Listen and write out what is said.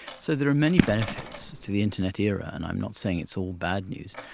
so there are many benefits to the internet era, and i'm not saying it's all bad news.